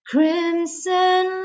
Crimson